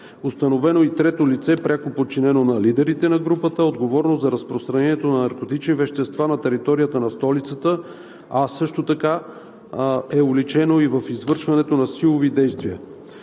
Установено е и трето лице, пряко подчинено на лидерите на групата, отговорно за разпространението на наркотични вещества на територията на столицата, а също така е уличено и в извършването на силови действия.